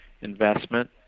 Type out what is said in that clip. investment